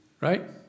Right